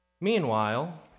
Meanwhile